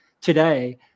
today